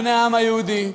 בני העם היהודי,